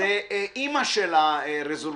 זה אמא של הרזולוציה.